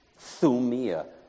Thumia